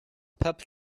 pup